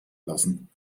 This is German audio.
lassen